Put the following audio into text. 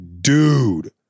Dude